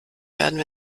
werden